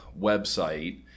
website